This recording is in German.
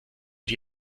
die